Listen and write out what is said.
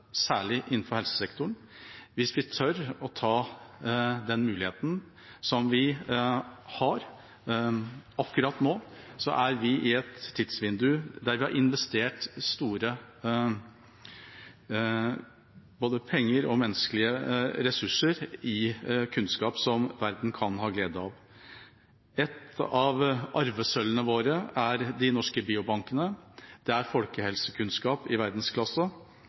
særlig innenfor helsesektoren. Hvis vi tør å ta den muligheten som vi har akkurat nå, er vi i et tidsvindu der vi har investert både store penger og store menneskelige ressurser i kunnskap som verden kan ha glede av. Noe av arvesølvet vårt er de norske biobankene. Det er folkehelsekunnskap i verdensklasse